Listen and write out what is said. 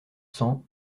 cents